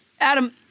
Adam